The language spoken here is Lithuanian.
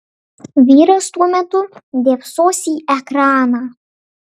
vyras tuo metu dėbsos į ekraną